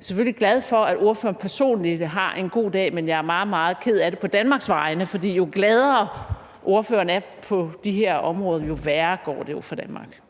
selvfølgelig glad for, at ordføreren personligt har en god dag, men jeg er meget, meget ked af det på Danmarks vegne. For jo gladere ordføreren er på det her område, jo værre går det jo for Danmark.